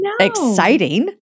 exciting